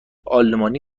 آلمانی